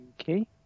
okay